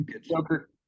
Joker